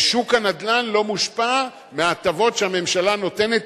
ושוק הנדל"ן לא מושפע מההטבות שהממשלה נותנת